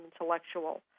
intellectual